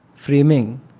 framing